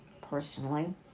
Personally